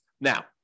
Now